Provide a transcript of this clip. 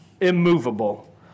immovable